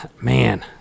Man